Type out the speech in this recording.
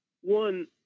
One